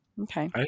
Okay